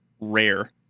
rare